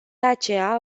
aceea